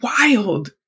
wild